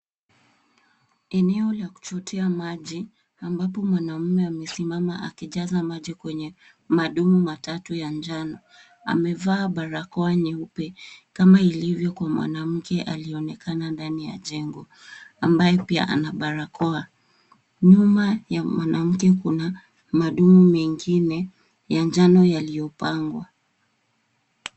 Eneo la kuchotea maji, ambapo mwanamume amesimama akijaza maji kwenye madumu matatu ya njano. Amevaa barakoa nyeupe ,kama ilivyo kwa mwanamke alionekana ndani ya jengo ,ambaye pia ana barakoa. Nyuma ya mwanamke kuna madumu mengine ya njano yaliyopangwa.